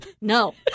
No